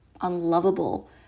unlovable